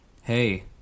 hey